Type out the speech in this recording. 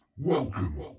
Welcome